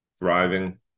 thriving